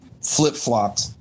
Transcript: flip-flopped